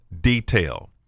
detail